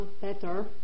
better